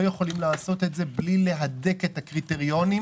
יכולים לעשות את זה בלי להדק את הקריטריונים